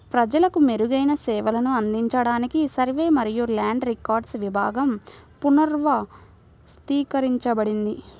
ప్రజలకు మెరుగైన సేవలను అందించడానికి సర్వే మరియు ల్యాండ్ రికార్డ్స్ విభాగం పునర్వ్యవస్థీకరించబడింది